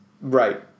Right